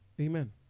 Amen